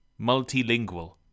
Multilingual